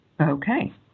Okay